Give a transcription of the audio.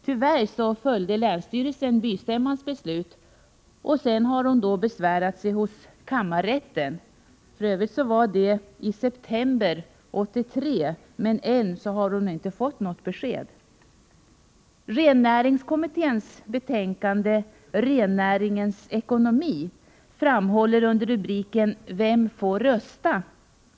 Tyvärr följde länsstyrelsen bystämmans beslut, och hon har därefter besvärat sig hos kammarrätten. Det gjorde hon redan i september 1983 men hon har ännu ej fått något besked. I rennäringskommitténs betänkande Rennäringens ekonomi framhålls under rubriken Vem får rösta?